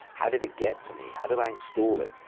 how did it get to me? how did i install it?